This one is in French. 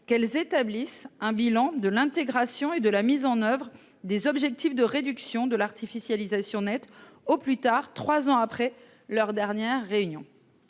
qu'elles établissent un bilan de l'intégration et de la mise en oeuvre des objectifs de réduction de l'artificialisation nette au plus tard trois ans après leur dernière réunion.